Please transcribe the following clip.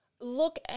Look